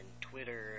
Twitter